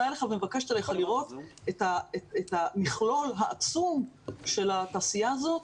אליך ומבקשת ממך לראות את המכלול העצום של התעשייה הזאת,